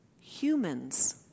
humans